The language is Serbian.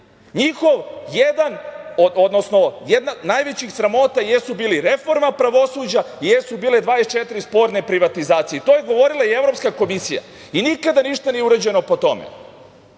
korupcije. Njihove najveće sramote jesu bili reforma pravosuđa i 24 sporne privatizacije. To je govorila i Evropska komisija, i nikada ništa nije urađeno po tome.